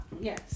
yes